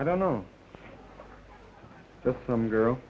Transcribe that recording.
i don't know just some girl